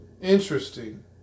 Interesting